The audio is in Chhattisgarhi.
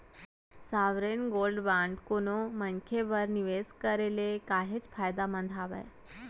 साँवरेन गोल्ड बांड कोनो मनसे बर निवेस करे ले काहेच फायदामंद हावय